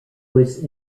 was